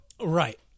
Right